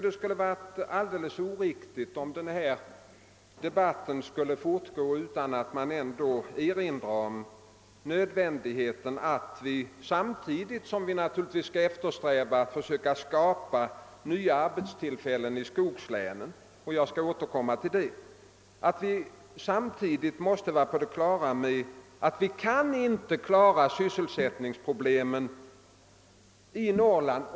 Det skulle vara alldeles oriktigt om den här debatten skulle fortgå utan att man erinrar om nödvändigheten av att vi samtidigt måste vara på det klara med att sysselsättningsproblemen i Norrland inte kan lösas, om vi inte även i fortsättningen är positivt inställda till en utflyttning till andra delar av landet.